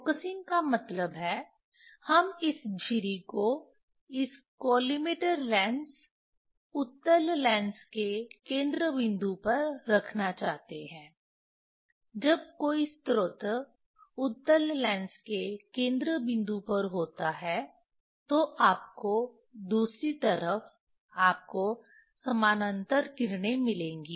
focusing का मतलब है हम इस झिरी को इस कॉलिमेटर लेंस उत्तल लेंस के केंद्र बिंदु पर रखना चाहते हैं जब कोई स्रोत उत्तल लेंस के केंद्र बिंदु पर होता है तो आपको दूसरी तरफ आपको समानांतर किरणें मिलेंगी